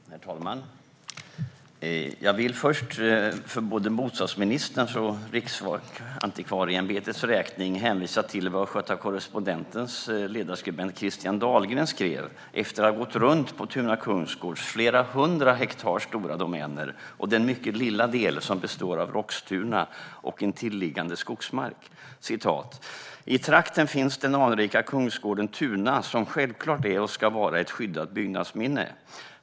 Herr talman! Jag vill först, för både bostadsministerns och Riksantikvarieämbetets räkning, hänvisa till vad Östgöta Correspondentens ledarskribent Christian Dahlgren skrev efter att ha gått runt på Tuna kungsgårds flera hundra hektar stora domäner och den mycket lilla del som består av Roxtuna och intilliggande skogsmark, nämligen följande: I trakten finns den anrika kungsgården Tuna som självklart är och ska vara ett skyddat byggnadsminne.